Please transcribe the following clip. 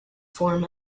form